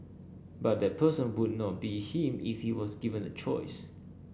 but that person would not be him if he was given a choice